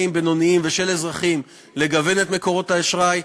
ובינוניים ושל אזרחים לגוון את מקורות האשראי.